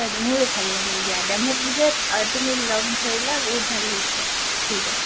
মোৰো ভাল লাগিল দিয়া দিয়া মোক যে তুমি লগ ধৰিলা বহুত ভাল লাগিছে ঠিক আছে